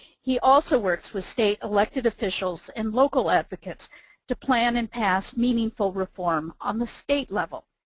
he also works with state elected officials and local advocates to plan and pass meaningful reform on the state level.